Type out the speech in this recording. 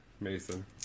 Mason